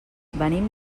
venim